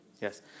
Yes